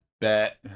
Bet